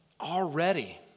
already